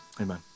amen